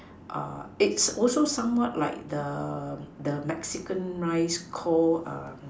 uh it's also somewhat like the the Mexican rice Call um